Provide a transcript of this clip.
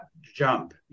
jump